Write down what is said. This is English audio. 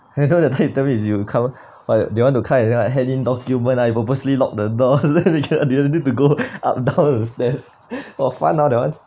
I know that time you tell me is you come but do you want to kind of like hand in the document I purposely lock the door then you cannot you need to go up down the stairs !wah! fun ah that one